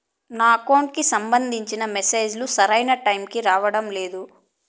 నా అకౌంట్ కి సంబంధించిన మెసేజ్ లు సరైన టైముకి రావడం లేదు